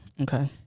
Okay